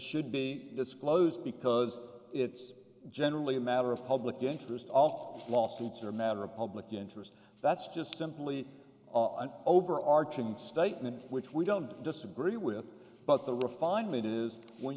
should be disclosed because it's generally a matter of public interest off lawsuits are a matter of public interest that's just simply an overarching statement which we don't disagree with but the refinement is when